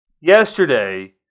yesterday